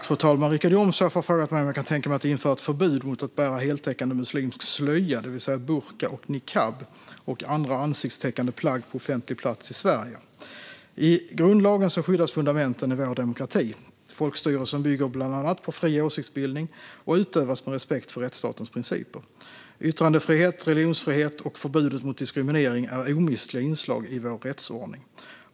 Fru talman! har frågat mig om jag kan tänka mig att införa ett förbud mot att bära heltäckande muslimsk slöja, det vill säga burka och niqab, och andra ansiktstäckande plagg på offentlig plats i Sverige. I grundlagen skyddas fundamenten i vår demokrati. Folkstyrelsen bygger bland annat på fri åsiktsbildning och utövas med respekt för rättsstatens principer. Yttrandefrihet, religionsfrihet och förbudet mot diskriminering är omistliga inslag i vår rättsordning.